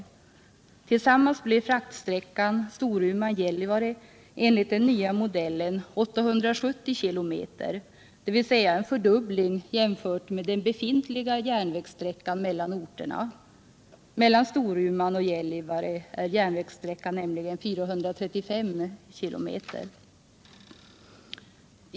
Tillsammans blir fraktsträckan Storuman-—Gällivare enligt den nya modellen 870 km, dvs. en fördubbling jämfört med den befintliga järnvägssträckan mellan orterna. Mellan Storuman och Gaällivare är järnvägssträckan nämligen 435 km.